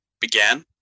began